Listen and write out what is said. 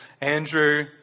Andrew